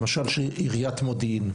למשל שעיריית מודיעין,